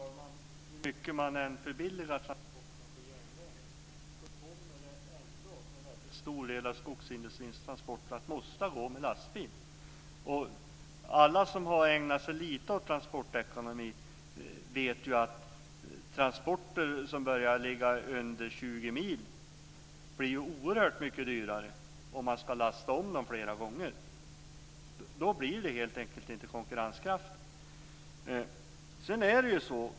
Fru talman! Hur mycket man än förbilligar transporterna på järnväg kommer ändå en väldigt stor del av skogsindustrins transporter att vara tvungna att gå med lastbil. Alla som har ägnat sig lite åt transportekonomi vet att transporter på under 20 mil blir oerhört mycket dyrare om man ska lasta om flera gånger. Då blir det helt enkelt inte konkurrenskraftigt.